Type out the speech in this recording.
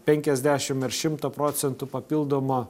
penkiasešimt ir šimto procentų papildomo